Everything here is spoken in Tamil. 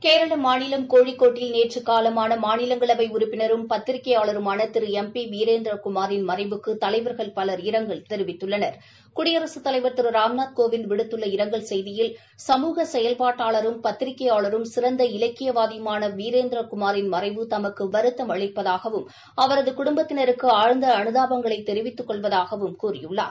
கேரளா மாநிலம் கோழிக்கோட்டில் நேற்று காலமான மாநிலங்களவை உறுப்பினரும் பத்திரிகையாளருமான திரு எம் பி வீரேந்திரகுமாரின் மறைவுக்கு தலைவர்கள் பலர் இரங்கல் தெரிவித்துள்ளனர் குடியரசுத் தலைவர் திரு ராம்நாத் கோவிந்த் விடுத்துள்ள இரங்கல் செய்தியில் சமூக செயல்பாட்டாளரும் பத்திரிகையாளரும் சிறந்த இலக்கியவாதியுமான வீரேந்திரகுமாரின் மறைவு தமக்கு வருத்தம் அளிப்பதாகவும் அவரது குடும்பத்தினருக்கு ஆழ்ந்த அனுதாபங்களை தெரிவித்துள்ளதாகவும் கூறியுள்ளார்